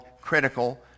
critical